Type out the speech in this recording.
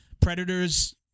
predators